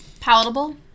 palatable